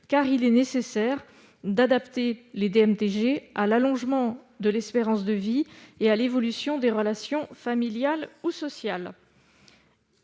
en effet nécessaire d'adapter les DMTG à l'allongement de l'espérance de vie et à l'évolution des relations familiales et sociales.